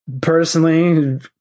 Personally